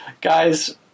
guys